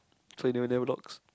so it will never locks